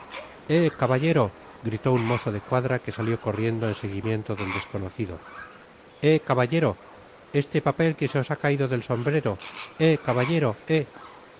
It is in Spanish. caballero gritó un mozo de cuadra que salió corriendo en seguimiento del desconocido eh caballero es e papel que se os ha caido del sombrero eb caballero eh